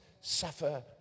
suffer